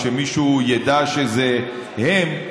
או שמישהו ידע שזה הם.